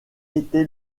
été